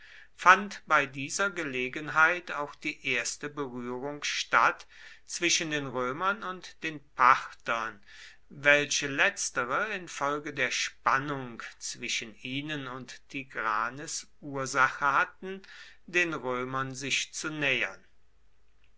fand bei dieser gelegenheit auch die erste berührung statt zwischen den römern und den parthern welche letztere infolge der spannung zwischen ihnen und tigranes ursache hatten den römern sich zu nähern